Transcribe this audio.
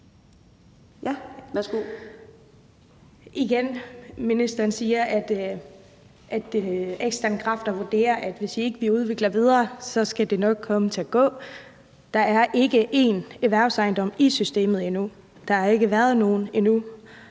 (LA): Igen siger ministeren, at eksterne kræfter vurderer, at hvis ikke vi udvikler videre, så skal det nok komme til at gå. Der er endnu ikke én erhvervsejendom i systemet, der har endnu ikke været nogen,